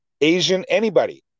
Asian—anybody